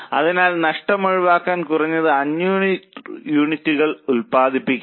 അതിനാൽ നഷ്ടം ഒഴിവാക്കാൻ കുറഞ്ഞത് 500 യൂണിറ്റുകൾ ഉൽപ്പാദിപ്പിക്കണം